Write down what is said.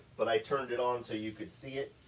but i turned it on so you could see it,